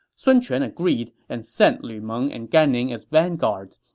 sun quan agreed and sent lu meng and gan ning as vanguards,